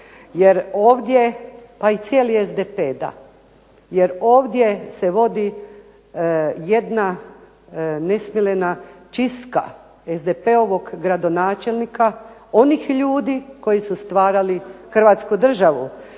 se ne razumije./… Jer ovdje se vodi jedna nesmiljena čistka SDP-ovog gradonačelnika onih ljudi koji su stvarali Hrvatsku državu,